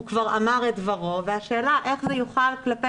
הוא כבר אמר את דברו והשאלה איך זה יוחל כלפי